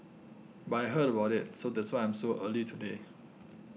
but I heard about it so that's why I'm so early today